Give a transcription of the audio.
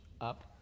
up